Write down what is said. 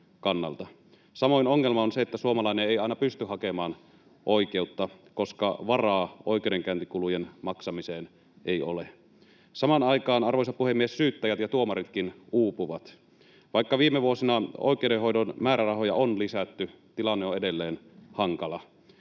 Samoin ongelma on se, että suomalainen ei aina pysty hakemaan oikeutta, koska varaa oikeudenkäyntikulujen maksamiseen ei ole. Samaan aikaan, arvoisa puhemies, syyttäjät ja tuomaritkin uupuvat. Vaikka viime vuosina oikeudenhoidon määrärahoja on lisätty, tilanne on edelleen hankala.